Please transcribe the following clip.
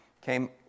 came